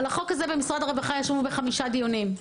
על החוק הזה במשרד הרווחה ישבו חמישה דיונים.